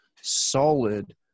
solid